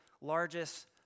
largest